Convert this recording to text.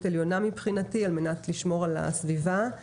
עליונה מבחינתי על מנת לשמור על הסביבה.